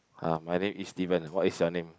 uh my name is Steven what is your name